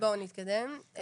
בוא נתקדם,